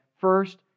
first